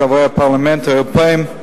חברי הפרלמנט האירופים,